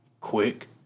quick